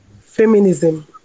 feminism